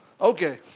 Okay